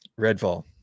Redfall